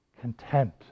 content